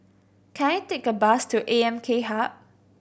can I take a bus to A M K Hub